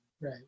Right